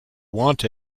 want